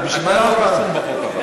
בשביל מה, אתה לא רשום בחוק הבא.